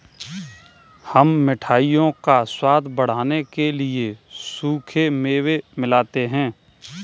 हम मिठाइयों का स्वाद बढ़ाने के लिए सूखे मेवे मिलाते हैं